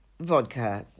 vodka